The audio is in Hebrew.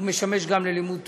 משמש גם ללימוד תורה.